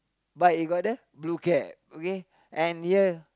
but it got the blue cap okay and here